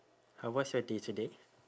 how was your day today